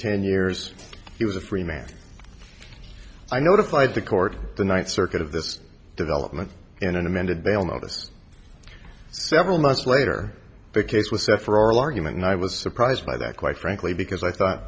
ten years he was a free man i notified the court the ninth circuit of this development in an amended they'll notice several months later the case was set for oral argument and i was surprised by that quite frankly because i thought